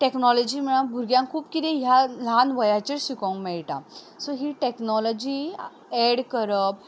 technology म्हळ्यार भुरग्यांक खूब किदें ह्या ल्हान वयाचेर शिकोंक मेळटा सो ही टॅक्नोलॉजी एड करप